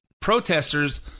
protesters